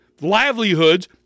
livelihoods